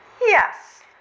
Yes